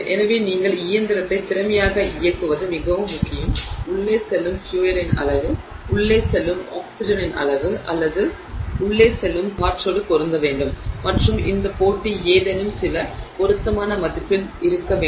எனவே நீங்கள் இயந்திரத்தை திறமையாக இயக்குவது மிகவும் முக்கியம் உள்ளே செல்லும் ஃபியூயலின் அளவு உள்ளே செல்லும் ஆக்ஸிஜனின் அளவு அல்லது உள்ளே செல்லும் காற்றோடு பொருந்த வேண்டும் மற்றும் இந்த போட்டி ஏதேனும் சில பொருத்தமான மதிப்பில் இருக்க வேண்டும்